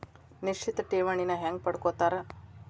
ನಿಶ್ಚಿತ್ ಠೇವಣಿನ ಹೆಂಗ ಪಡ್ಕೋತಾರ